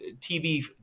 TB